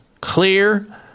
Clear